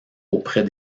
auprès